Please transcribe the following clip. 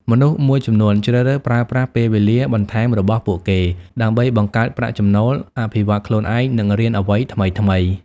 មនុស្សមួយចំនួនជ្រើសរើសប្រើប្រាស់ពេលវេលាបន្ថែមរបស់ពួកគេ ដើម្បីបង្កើតប្រាក់ចំណូល អភិវឌ្ឍខ្លួនឯង និងរៀនអ្វីថ្មីៗ។